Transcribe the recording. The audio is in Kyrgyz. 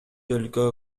өлкө